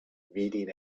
reading